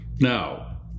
Now